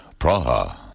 Praha